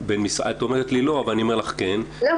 את אומרת לי לא ואני אומר לך כן --- לא,